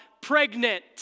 pregnant